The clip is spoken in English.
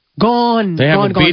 gone